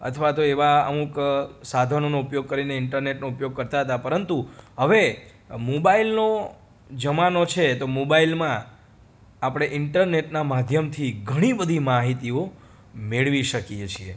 અથવા તો એવા અમુક સાધનોનો ઉપયોગ કરીને ઈન્ટરનેટનો ઉપયોગ કરતા હતા પરંતુ હવે મોબાઈલનો જમાનો છે તો મોબાઈલમાં આપણે ઈન્ટરનેટના માધ્યમથી ઘણીબધી માહિતીઓ મેળવી શકીએ છીએ